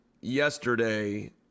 yesterday